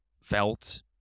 felt